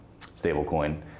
stablecoin